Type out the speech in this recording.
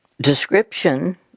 description